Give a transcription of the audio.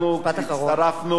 משפט אחרון.